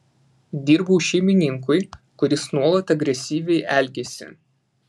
dirbau šeimininkui kuris nuolat agresyviai elgėsi